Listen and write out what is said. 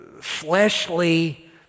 fleshly